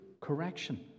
correction